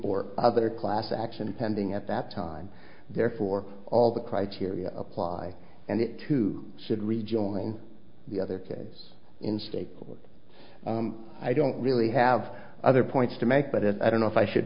or other class action pending at that time therefore all the criteria apply and it too should rejoin the other kids in state court i don't really have other points to make but i don't know if i should